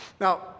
Now